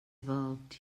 evolved